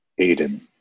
Aiden